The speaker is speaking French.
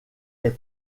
est